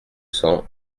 cents